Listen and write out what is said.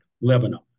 Lebanon